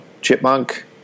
chipmunk